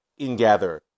ingather